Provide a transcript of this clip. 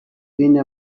venne